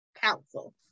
council